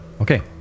Okay